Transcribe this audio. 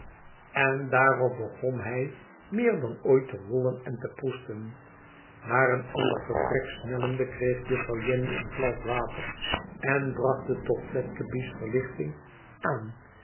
n daarop begon hij meer dan ooit te rollen en te proesten naar een ander vertrek snellende kreeg juffrouw jenny een glas water en bracht het tot fledgeby's verlichting aan